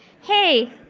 hey,